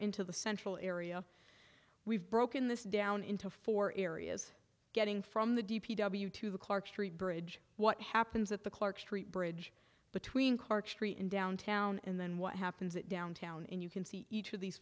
into the central area we've broken this down into four areas getting from the d p w to the clark street bridge what happens at the clark street bridge between current street in downtown and then what happens at downtown and you can see each of these